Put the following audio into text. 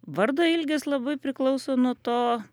vardo ilgis labai priklauso nuo to